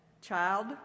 Child